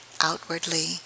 outwardly